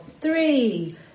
three